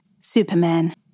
Superman